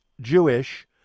Jewish